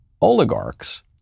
oligarchs